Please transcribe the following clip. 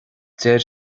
deir